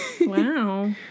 Wow